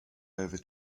over